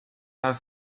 are